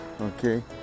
okay